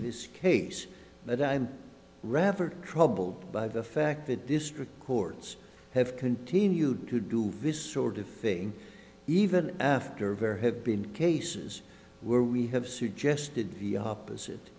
this case that i'm rather troubled by the fact that district courts have continued to do this sort of thing even after very have been cases where we have suggested the opposite